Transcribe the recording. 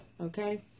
Okay